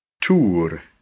Tour